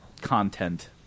content